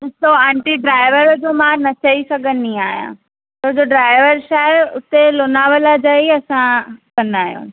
त aunty driver जो मां न चई सघंदी आहियां छो त ड्राईवर छाहे हुते लोनावला जा ई असां कंदा आहियूं